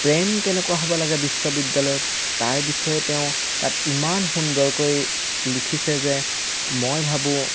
প্ৰেম কেনেকুৱা হ'ব লাগে বিশ্ববিদ্যালয়ত তাৰ বিষয়ে তেওঁ তাত ইমান সুন্দৰকৈ লিখিছে যে মই ভাবোঁ